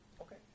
Okay